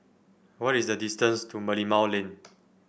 what is the distance to Merlimau Lane